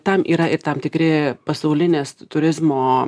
tam yra ir tam tikri pasaulinės turizmo